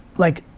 like,